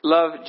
Love